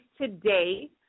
today